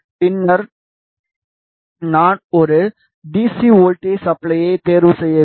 பின்னர் நான் ஒரு டி சி வோல்ட்டேஜ் சப்ளையை தேர்வு செய்ய வேண்டும்